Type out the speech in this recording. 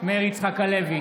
מאיר יצחק הלוי,